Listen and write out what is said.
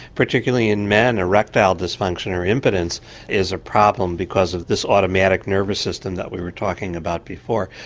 particularly in men, erectile dysfunction or impotence is a problem because of this automatic nervous system that we were talking about before.